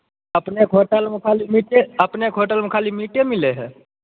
अपनेके होटलमे खाली मीटे अपनेके होटलमे खाली मीटे मिलै हइ